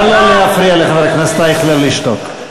נא לא להפריע לחבר הכנסת אייכלר לשתוק.